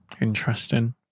interesting